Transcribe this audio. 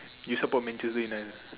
you supposed mend to it lah